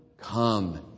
come